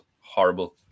horrible